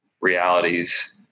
realities